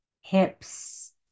Hips